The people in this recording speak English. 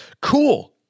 cool